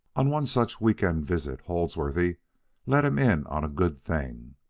on one such week-end visit, holdsworthy let him in on a good thing,